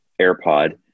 AirPod